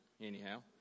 anyhow